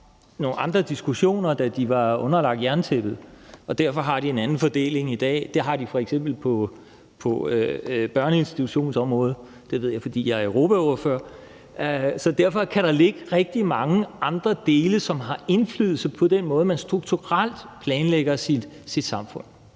nogle andre diskussioner, da de var underlagt jerntæppet, så de derfor har en anden fordeling i dag. Det har de f.eks. på børneinstitutionsområdet. Det ved jeg, fordi jeg er europaordfører. Så derfor kan der være rigtig mange andre dele, som har indflydelse på den måde, man strukturelt planlægger sit samfund